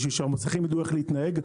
בשביל שהמוסכים ידעו איך להתנהג.